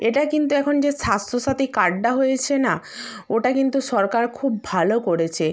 এটা কিন্তু এখন যে স্বাস্থ্যসাথী কার্ডটা হয়েছে না ওটা কিন্তু সরকার খুব ভালো করেছে